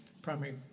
primary